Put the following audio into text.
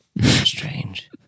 Strange